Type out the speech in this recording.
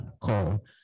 call